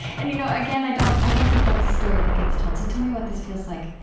and you know again, i don't i don't think that's a story that gets told. so tell me what this feels like.